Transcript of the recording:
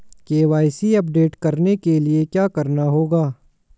KYC update करने के लिए क्या करना होगा?